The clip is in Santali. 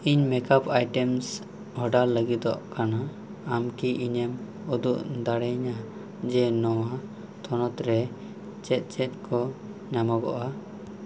ᱤᱧ ᱢᱮᱠᱟᱯ ᱟᱤᱴᱮᱢᱥ ᱳᱰᱟᱨ ᱞᱟ ᱜᱤᱫᱚᱜ ᱠᱟᱱᱟ ᱟᱢ ᱠᱤ ᱤᱧ ᱮᱢ ᱩᱫᱩᱜ ᱫᱟᱲᱮ ᱟᱹᱧᱟᱹ ᱡᱮ ᱱᱚᱣᱟ ᱛᱷᱚᱱᱚᱛ ᱨᱮ ᱪᱮᱫ ᱪᱮᱫ ᱠᱚ ᱧᱟᱢᱚᱜᱚᱜᱼᱟ